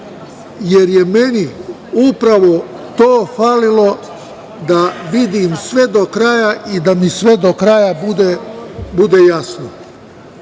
jer je meni upravo to falilo da vidim sve do kraja i da mi sve do kraja bude jasno.